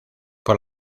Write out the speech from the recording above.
por